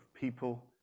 people